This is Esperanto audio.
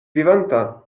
vivanta